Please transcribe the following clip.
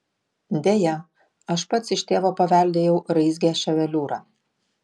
deja aš pats iš tėvo paveldėjau raizgią ševeliūrą